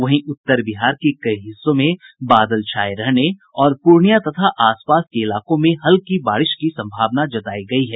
वहीं उत्तर बिहार के कई हिस्सों में बादल छाये रहने और पूर्णियां तथा आसपास के इलाकों में हल्की बारिश की सम्भावना जतायी गयी है